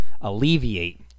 alleviate